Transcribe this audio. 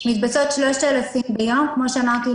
מתבצעות 3,000 ביום, כמו שאמרתי.